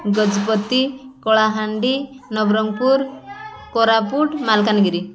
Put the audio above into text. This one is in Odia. ଗଜପତି କଳାହାଣ୍ଡି ନବରଙ୍ଗପୁର କୋରାପୁଟ ମାଲକାନଗିରି